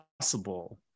possible